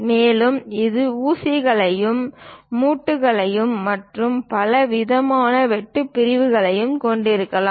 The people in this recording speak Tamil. மேலும் இது ஊசிகளையும் மூட்டுகளையும் மற்றும் பலவிதமான வெட்டு பிரிவுகளையும் கொண்டிருக்கலாம்